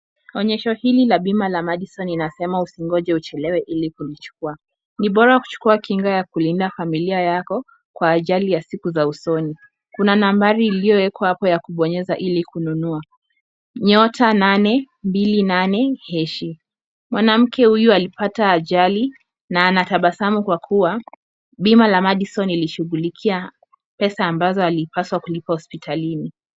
Onyesho hili la bima la Madison linasema usingoje uchelewe ili kulichukua; ni bora kuchukua kinga ya kulinda familia yako kwa ajali ya siku za usoni. Kuna nambari iliyowekwa hapo ya kubonyeza ili kununua. Nyota 828#. Mwanamke huyu alipata ajali na ana tabasamu kwa kuwa bima la Madison ilishughulikia pesa ambazo alipaswa kulipa hospitalini.